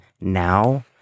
now